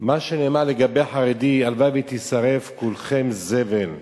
מה שנאמר לגבי חרדי: הלוואי ותישרף, כולכם זבל.